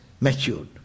matured